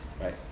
right